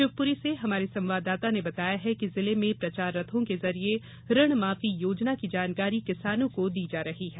शिवपुरी से हमारे संवाददाता ने बताया है कि जिले में प्रचार रथों के जरिए ऋणमाफी योजना की जानकारी किसानों को दी जा रही है